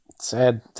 Sad